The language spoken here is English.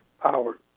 power